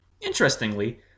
Interestingly